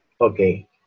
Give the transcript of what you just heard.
Okay